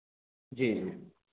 जी जी